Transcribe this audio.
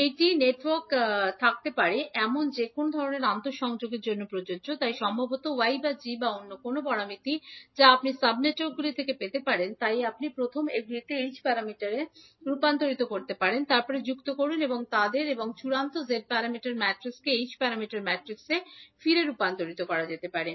এটি নেটওয়ার্কে থাকতে পারে এমন যে কোনও ধরণের আন্তঃসংযোগের জন্য প্রযোজ্য তাই সম্ভবত y বা g বা অন্য কোনও প্যারামিটার যা আপনি সাব নেটওয়ার্কগুলি থেকে পেয়েছেন তাই আপনি প্রথমে এগুলিকে z প্যারামিটারে রূপান্তর করতে পারেন তারপরে যুক্ত করুন তাদের এবং চূড়ান্ত z প্যারামিটার ম্যাট্রিক্সকে h প্যারামিটার ম্যাট্রিক্সে ফিরে রূপান্তর করা যেতে পারে